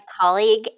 colleague